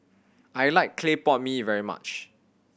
I like clay pot mee very much